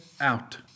out